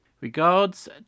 Regards